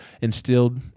instilled